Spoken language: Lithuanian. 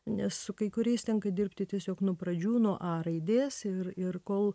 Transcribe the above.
nes su kai kuriais tenka dirbti tiesiog nuo pradžių nuo a raidės ir ir kol